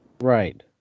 right